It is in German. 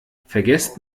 vergesst